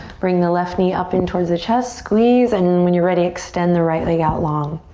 bring the left knee up in towards the chest squeeze and when you're ready, extend the right leg out long.